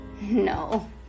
No